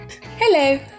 Hello